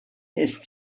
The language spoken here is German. ist